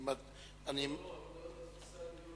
אני מדבר על התפיסה האידיאולוגית,